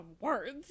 words